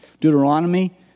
Deuteronomy